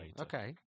Okay